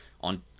on